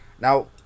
now